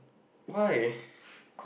why